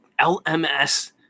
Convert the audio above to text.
LMS